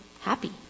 happy